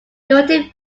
theoretic